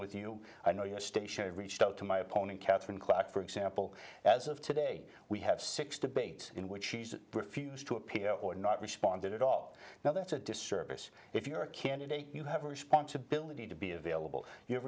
with you i know you are stationary reached out to my opponent katherine clock for example as of today we have six debate in which she's refused to appear or not responded at all now that's a disservice if you're a candidate you have a responsibility to be available you have